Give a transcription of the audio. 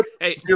hey